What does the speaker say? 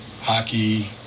Hockey